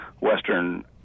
Western